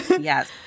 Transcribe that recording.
yes